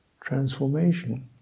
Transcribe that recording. transformation